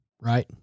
right